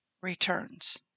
returns